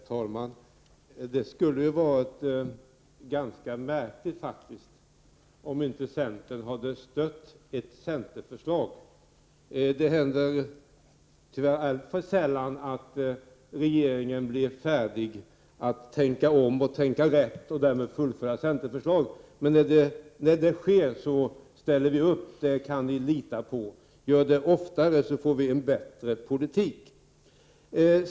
Herr talman! Det skulle faktiskt ha varit ganska märkligt om inte centern hade stött ett centerförslag. Det händer tyvärr alltför sällan att regeringen blir färdig att tänka om och tänka rätt och därmed fullfölja centerförslag. Men när ni gör det, då ställer vi upp — det kan ni lita på. Gör det oftare, så får vi en bättre politik!